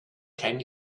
can